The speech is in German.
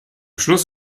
schluss